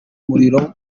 muriro